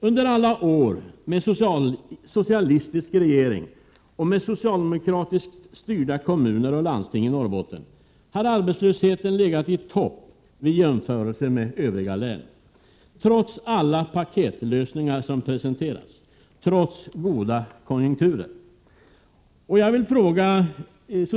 Under alla år med socialistisk regering och med socialdemokratiskt styrda kommuner och landsting i Norrbotten har arbetslösheten legat i topp vid jämförelse med övriga län, trots alla paketlösningar som presenterats, trots goda konjunkturer.